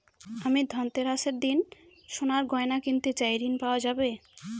আমি ধনতেরাসের দিন সোনার গয়না কিনতে চাই ঝণ পাওয়া যাবে?